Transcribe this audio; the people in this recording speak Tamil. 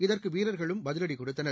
இதற்கு வீரர்களும் பதிலடி கொடுத்தனர்